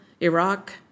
Iraq